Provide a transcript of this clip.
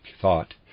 thought